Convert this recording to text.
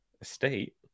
estate